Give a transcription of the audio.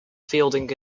fielding